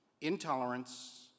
intolerance